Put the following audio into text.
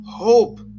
Hope